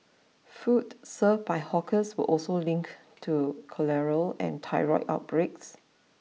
food served by hawkers were also linked to cholera and typhoid outbreaks